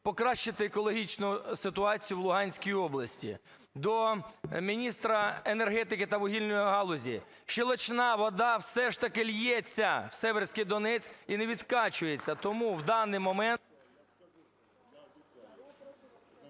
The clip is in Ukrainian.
покращити екологічну ситуацію в Луганській області. До міністра енергетики та вугільної галузі. Щелочная вода, все ж таки, ллється в Сіверський Донець і не відкачується. Тому в даний момент…